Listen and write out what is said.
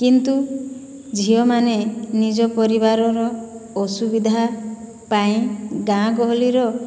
କିନ୍ତୁ ଝିଅମାନେ ନିଜ ପରିବାରର ଅସୁବିଧା ପାଇଁ ଗାଁ ଗହଳିର